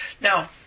Now